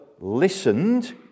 listened